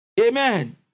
Amen